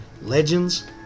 legends